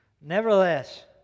Nevertheless